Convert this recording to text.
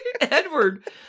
Edward